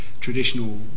traditional